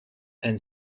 and